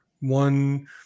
One